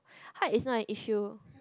height is not an issue